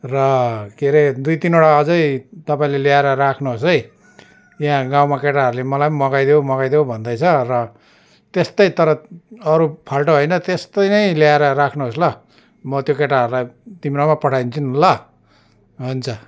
र के रे दुई तिनवटा अझै तपाईँले ल्याएर राख्नुहोस् है यहाँ गाउँमा केटाहरूले मलाई पनि मगाइदेउ मगाइदेउ भन्दैछ र त्यस्तै तर अरू फाल्टो होइन त्यस्तै नै ल्याएर राख्नुहोस् ल म त्यो केटाहरूलाई तिम्रोमा पठाइदिन्छु नि ल हुन्छ